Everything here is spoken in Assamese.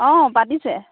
অ পাতিছে